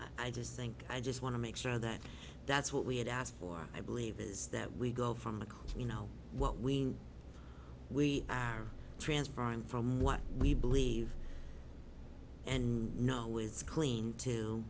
i just think i just want to make sure that that's what we had asked for i believe is that we go from the you know what when we are transferring from what we believe and you know it's clean to